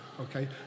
okay